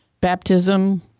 baptism